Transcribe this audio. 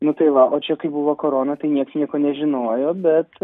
nu tai va o čia kai buvo korona tai niekas nieko nežinojo bet